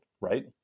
Right